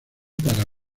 para